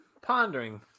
pondering